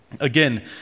Again